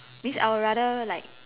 means I will rather like